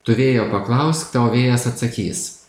turėjo paklausk tau vėjas atsakys